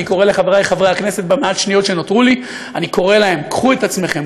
אני קורא לחברי חברי הכנסת במעט שניות שנותרו לי: קחו את עצמכם.